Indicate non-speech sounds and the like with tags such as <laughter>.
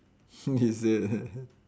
<breath> is it <laughs>